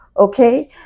Okay